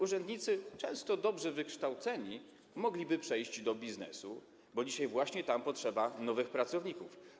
Urzędnicy, często dobrze wykształceni, mogliby przejść do biznesu, bo dzisiaj właśnie tam potrzeba nowych pracowników.